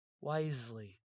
wisely